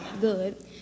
good